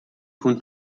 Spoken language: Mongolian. хүн